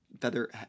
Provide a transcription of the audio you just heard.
feather